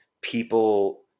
people